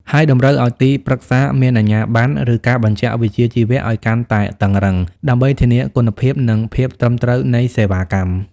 ហើយតម្រូវឱ្យទីប្រឹក្សាមានអាជ្ញាប័ណ្ណ ឬការបញ្ជាក់វិជ្ជាជីវៈអោយកាន់តែតឹងរ៉ឹង ដើម្បីធានាគុណភាព និងភាពត្រឹមត្រូវនៃសេវាកម្ម។